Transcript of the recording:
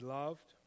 loved